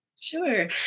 Sure